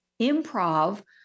improv